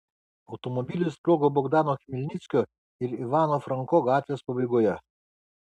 automobilis sprogo bogdano chmelnickio ir ivano franko gatvės pabaigoje